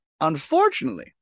unfortunately